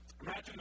Imagine